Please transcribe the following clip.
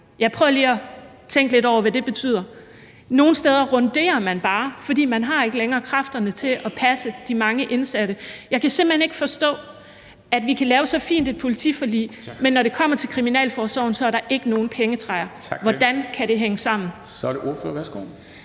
Jeg prøver lige at tænke lidt over, hvad det betyder. Nogle steder runderer man bare, fordi man ikke længere har kræfterne til at passe de mange indsatte. Jeg kan simpelt hen ikke forstå, at vi kan lave så fint et politiforlig, men når det kommer til kriminalforsorgen, er der ikke nogen pengetræer. Hvordan kan det hænge sammen? Kl. 09:56 Formanden (Henrik